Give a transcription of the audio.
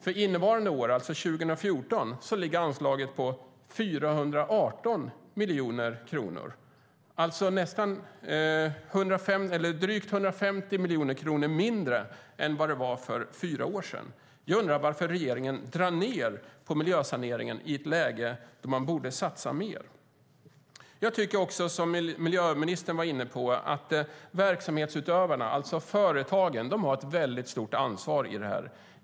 För innevarande år, 2014, ligger anslaget på 418 miljoner kronor, alltså drygt 150 miljoner kronor mindre än för fyra år sedan. Jag undrar varför regeringen drar ned på miljösaneringen i ett läge då man borde satsa mer. Som miljöministern var inne på har verksamhetsutövarna, alltså företagen, ett väldigt stort ansvar.